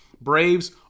Braves